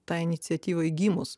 tai iniciatyvai gimus